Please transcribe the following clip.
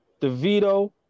DeVito